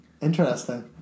Interesting